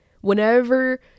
whenever